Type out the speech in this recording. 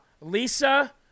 Lisa